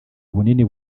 bunini